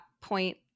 point